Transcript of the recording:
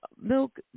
milk